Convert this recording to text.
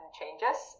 changes